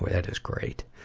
that is great.